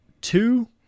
two –